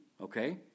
okay